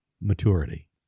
maturity